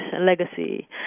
legacy